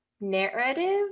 narrative